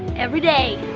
every day.